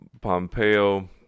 Pompeo